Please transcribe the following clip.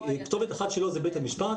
כתובת אחת שלו זה בית המשפט.